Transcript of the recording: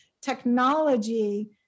technology